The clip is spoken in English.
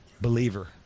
believer